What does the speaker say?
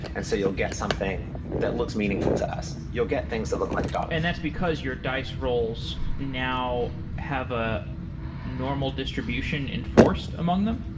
and so you'll get something that looks meaningful to us. you'll get things that look like dogs and that's because your dice rolls now have a normal distribution enforced among them?